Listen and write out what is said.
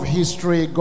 history